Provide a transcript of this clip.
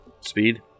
Speed